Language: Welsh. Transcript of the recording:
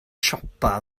siopa